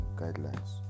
guidelines